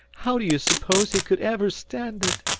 how d'you suppose he could ever stand it?